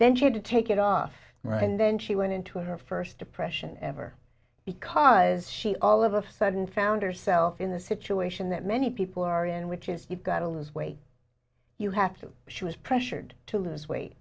then she had to take it off right and then she went into her first depression ever because she all of a sudden found herself in the situation that many people are in which is you've got to lose weight you have to she was pressured to lose weight